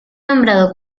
nombrado